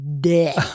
dick